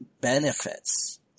benefits